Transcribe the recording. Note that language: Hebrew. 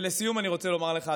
לסיום אני רוצה לומר לך,